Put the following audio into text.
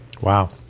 Wow